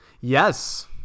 Yes